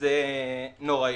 זה נורא.